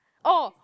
orh